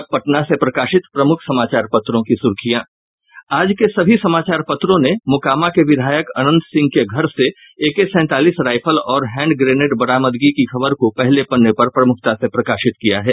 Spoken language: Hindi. अब पटना से प्रकाशित प्रमुख समाचार पत्रों की सुर्खियां आज के सभी समाचार पत्रों ने मोकामा के विधायक अंनत सिंह के घर से एके सैंतालीस राईफल और हैंड ग्रेनेड बरामदगी की खबर को पहले पन्ने पर प्रमुखता से प्रकाशित किया है